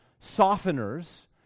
Softeners